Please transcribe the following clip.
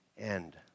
end